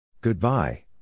Goodbye